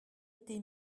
été